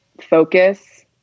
focus